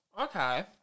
Okay